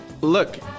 look